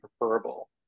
preferable